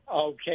Okay